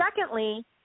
secondly